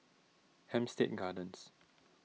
Hampstead Gardens